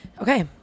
Okay